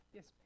Yes